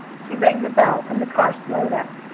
he rang the bell, and the car slowed up.